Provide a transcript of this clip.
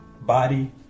body